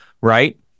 Right